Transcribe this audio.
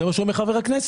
זה מה שאומר חבר הכנסת.